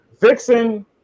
vixen